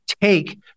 take